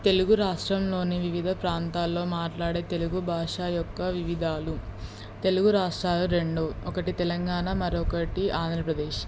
తెలుగు రాష్ట్రంలోని వివిధ ప్రాంతాల్లో మాట్లాడే తెలుగు భాష యొక్క వివిధాలు తెలుగు రాష్ట్రాలు రెండు ఒకటి తెలంగాణ మరొకటి ఆంధ్రప్రదేశ్